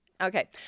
Okay